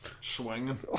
Swinging